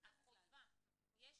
שהיו